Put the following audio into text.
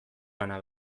lana